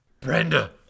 Brenda